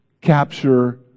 capture